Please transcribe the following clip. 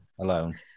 alone